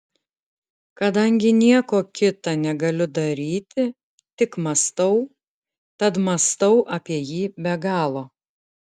kadangi nieko kita negaliu daryti tik mąstau tad mąstau apie jį be galo